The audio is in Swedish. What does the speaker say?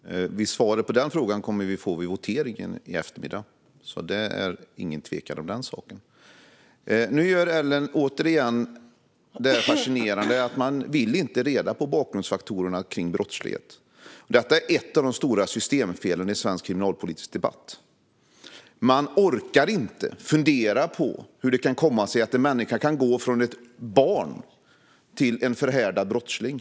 Fru talman! Svaret på den frågan kommer vi att få vid voteringen i eftermiddag. Det är ingen tvekan om den saken. Det är fascinerande att Ellen inte vill veta bakgrundsfaktorerna när det gäller brottslighet. Detta är ett av de stora systemfelen i svensk kriminalpolitisk debatt. Man orkar inte fundera på hur det kan komma sig att en människa kan gå från att vara ett barn till att bli en förhärdad brottsling.